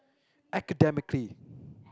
academically